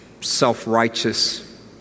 self-righteous